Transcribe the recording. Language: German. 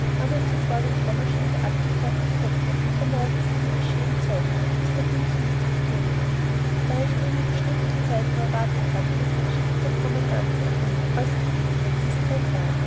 er zuvor den trommelschlager abgefertigt hätte so morgen früh geschehen sollte bis dahin ich mich zu gedulten da ich nun die bestimmte zeit überwartet hatte schickte der kommandant nach mir als es eben essenszeit war